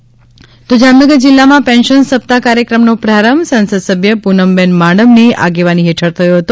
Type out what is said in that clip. pension Jamnagar Jamnagar જિલ્લામાં pension સપ્તાહ કાર્યક્રમનો પ્રારંભ સંસદસભ્ય પુનમબેન માડમની આગેવાની હેઠળ થયો હતો